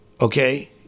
Okay